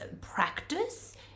practice